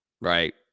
Right